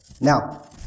Now